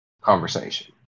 conversation